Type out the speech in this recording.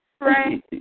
Right